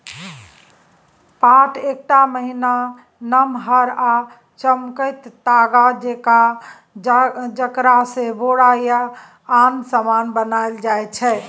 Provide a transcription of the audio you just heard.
पाट एकटा महीन, नमहर आ चमकैत ताग छै जकरासँ बोरा या आन समान बनाएल जाइ छै